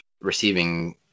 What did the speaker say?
receiving